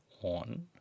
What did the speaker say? one